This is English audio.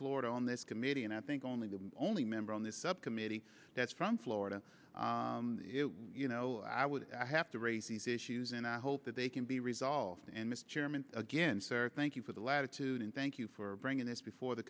florida on this committee and i think only the only member on this subcommittee that's from florida you know i would have to raise these issues and i hope that they can be resolved and mr chairman again sir thank you for the latitude and thank you for bringing this before the